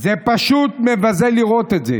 זה פשוט מבזה לראות את זה.